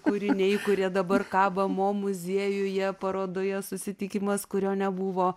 kūriniai kurie dabar kabo mo muziejuje parodoje susitikimas kurio nebuvo